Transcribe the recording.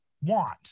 want